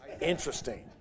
Interesting